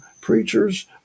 preachers